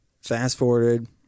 fast-forwarded